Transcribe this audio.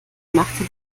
machte